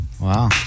Wow